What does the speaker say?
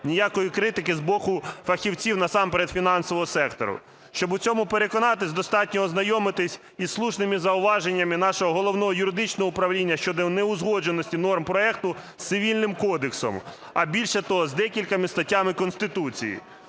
ніякої критики з боку фахівців, насамперед фінансового сектору. Щоб у цьому переконатися, достатньо ознайомитися з слушними зауваженнями нашого Головного юридичного управління щодо неузгодженості норм проекту з Цивільним кодексом, а більше того, з декількома статтями Конституції.